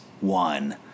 one